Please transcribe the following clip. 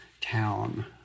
town